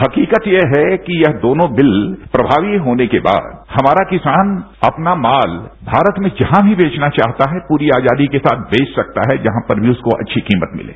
हकीकत यह है कि दोनों बिल प्रमावी होने के बाद हमारा किसान अपना माल भारत में जहां भी बेचना चाहता है पूरी आजादी के साथ बेच सकता है जहां पर भी उसे अच्छी कीमत मिले